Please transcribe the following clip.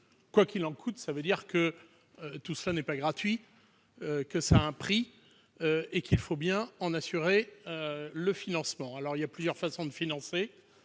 quoi qu'il en coûte ». Cela signifie que tout cela n'est pas gratuit, que cela a un prix, et qu'il faut bien en assurer le financement. Il existe plusieurs façons de financer.